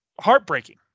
heartbreaking